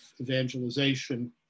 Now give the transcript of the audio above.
evangelization